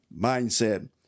mindset